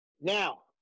Now